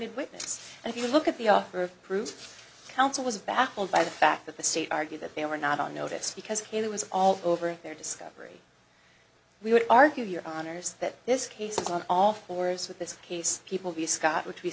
witness and if you look at the offer of proof counsel was baffled by the fact that the state argued that they were not on notice because it was all over their discovery we would argue your honour's that this case on all fours with this case people view scott which we